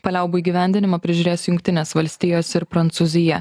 paliaubų įgyvendinimą prižiūrės jungtinės valstijos ir prancūzija